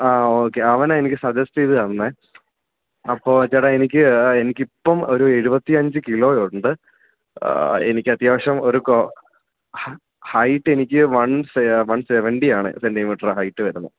okay അവനാണ് എനിക്ക് suggest ചെയ്തുതന്നത് അപ്പോൾ ചേട്ടാ എനിക്ക് എനിക്കിപ്പം ഒരു എഴുപത്തിയഞ്ച് കിലോയുണ്ട് എനിക്ക് അത്യാവശ്യം ഒരു ഹൈയിറ്റ് എനിക്ക് വൺ വൺ സെവൻറ്റി ആണ് സെൻറ്റിമീറ്റർ ഹൈറ്റ് വരുന്നത്